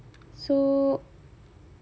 so